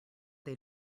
they